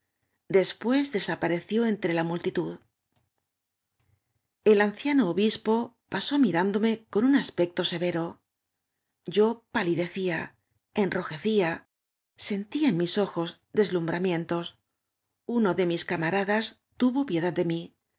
después desapareció entre la multitud kl anciano obispo pasó mirándome con un aspecto severo yo palidecía enrojecía sentía en mis ojos deslumbramientos uno de mis ca maradas tuvo piedad de mí